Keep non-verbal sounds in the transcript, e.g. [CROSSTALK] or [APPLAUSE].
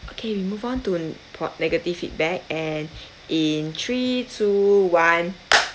okay we move on to part negative feedback and in three two one [NOISE]